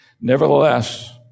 Nevertheless